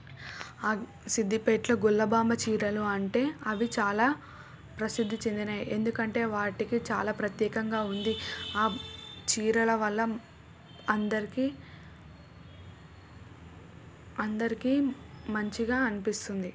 ఆ సిద్ధిపేటలో గొల్లభామ చీరలు అంటే అవి చాలా ప్రసిద్ధి చెందినవి ఎందుకంటే వాటికి చాలా ప్రత్యేకంగా ఉంది ఆ చీరల వల్ల అందరికీ అందరికీ మంచిగా అనిపిస్తుంది